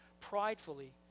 pridefully